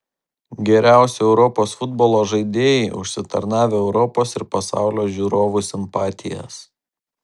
geriausi europos futbolo žaidėjai užsitarnavę europos ir pasaulio žiūrovų simpatijas